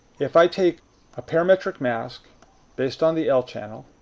if i take a parametric mask based on the l channel